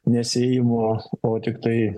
nesiimu o tiktai